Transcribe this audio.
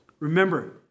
remember